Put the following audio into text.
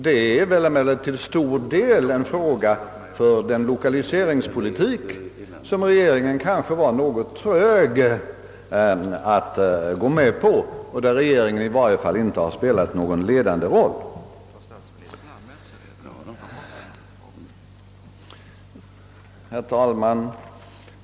Detta är emellertid till stor del en fråga för den lokaliseringspolitik som regeringen kanske var något trög att gå med på och i vilken den i varje fall inte har spelat någon le Herr talman!